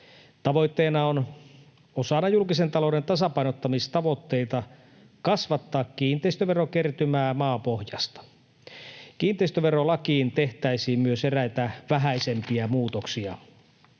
Tavoitteena on osana julkisen talouden tasapainottamistavoitteita kasvattaa kiinteistöverokertymää maapohjasta. Kiinteistöverolakiin tehtäisiin myös eräitä vähäisempiä muutoksia.